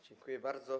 Dziękuję bardzo.